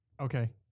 okay